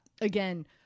again